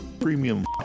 Premium